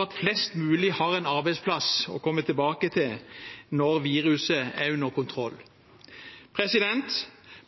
at flest mulig har en arbeidsplass å komme tilbake til når viruset er under kontroll.